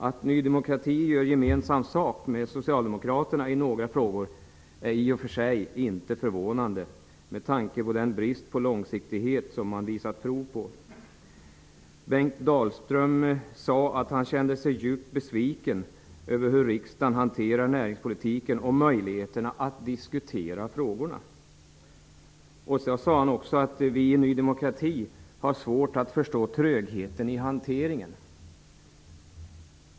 Att Ny demokrati gör gemensam sak med Socialdemokraterna i några frågor är i och för sig inte förvånande med tanke på den brist på långsiktighet som man inom Ny demokrati har visat prov på. Bengt Dalström sade att han kände sig djupt besviken över hur riksdagen hanterar näringspolitiken och över möjligheterna att här diskutera frågorna. Han sade också att man inom Ny demokrati har svårt att förstå trögheten i hanteringen.